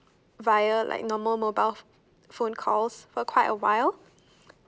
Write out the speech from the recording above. via like normal mobile phone calls for quite a while